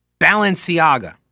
Balenciaga